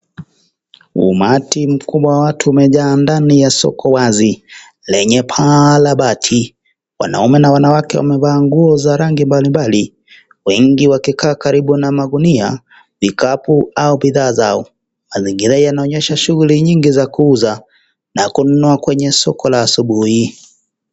Umati mkuu wa watu mejaa ndani ya soko wazi lenye paa la bati, wanaume na wanawake wamevaa nguo za rangi mbalimbali. Wengi wakikaa karibu na magunia, vikapu au bidhaa zao. Mazingira yanaonyesha shughuli nyingi za kuuza na kununua kwenye soko la asubuhi.